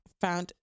found